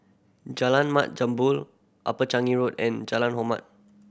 Jalan Mat Jambol Upper Changi Road and Jalan Hormat